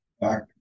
back